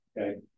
Okay